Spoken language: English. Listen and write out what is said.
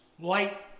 light